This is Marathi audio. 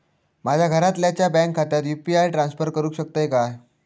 माझ्या घरातल्याच्या बँक खात्यात यू.पी.आय ट्रान्स्फर करुक शकतय काय?